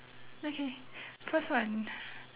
okay first one